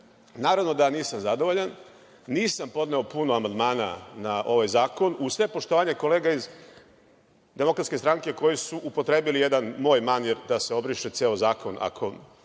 priče. Naravno da nisam zadovoljan. Nisam podneo puno amandmana na ovaj zakon. Uz sve poštovanje kolega iz DS koji su upotrebili jedan moj manir da se obriše ceo zakon